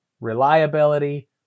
reliability